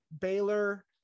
Baylor